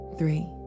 three